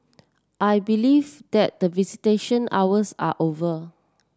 I believe that the visitation hours are over